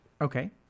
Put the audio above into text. Okay